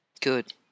Good